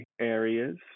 areas